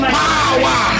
power